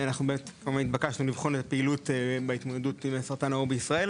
אנחנו נתבקשנו לבחון פעילות בהתמודדות עם סרטן העור בישראל,